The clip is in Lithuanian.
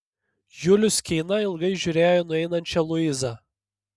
julius keina ilgai žiūrėjo į nueinančią luizą